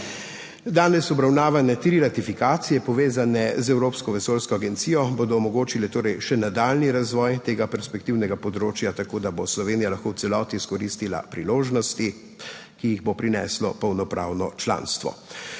Danes obravnavane tri ratifikacije, povezane z Evropsko vesoljsko agencijo, bodo omogočile torej še nadaljnji razvoj tega perspektivnega področja, tako da bo Slovenija lahko v celoti izkoristila priložnosti, ki jih bo prineslo polnopravno članstvo.